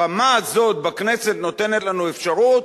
הבמה הזאת בכנסת נותנת לנו אפשרות